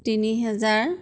তিনি হেজাৰ